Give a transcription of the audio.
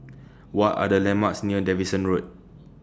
What Are The landmarks near Davidson Road